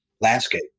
landscape